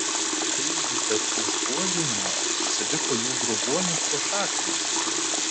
kaipgi per išbuožinimą užsiliko jų grobuoniškos šaknys